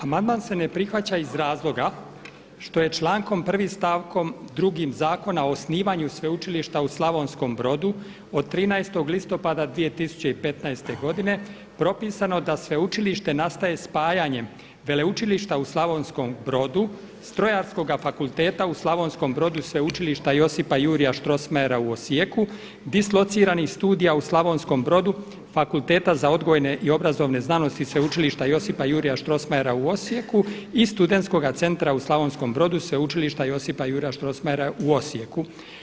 Amandman se ne prihvaća iz razloga što je člankom 1. stavkom 2. Zakona o osnivanju sveučilišta u Slavonskom Brodu od 13. listopada 2015. godine propisano da sveučilište nastaje spajanjem Veleučilišta u Slavonskom Brodu, Strojarskoga fakulteta u Slavonskom Brodu i Sveučilišta Josipa Jurja Strossmayera u Osijeku, dislociranih studija u Slavonskom Brodu Fakulteta za odgojne i obrazovne znanosti Sveučilišta Josipa Jurja Strossmayera u Osijeku i studentskoga centra u Slavonskom Brodu Sveučilišta Josipa Juraja Strossmayera u Osijeku.